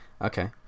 Okay